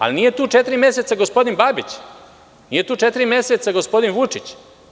Ali tu nije četiri meseca gospodin Babić, nije tu četiri meseca gospodin Vučić.